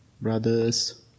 brothers